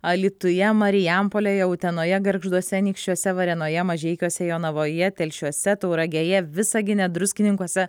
alytuje marijampolėje utenoje gargžduose anykščiuose varėnoje mažeikiuose jonavoje telšiuose tauragėje visagine druskininkuose